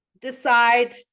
decide